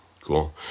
cool